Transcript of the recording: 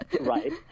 Right